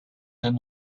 and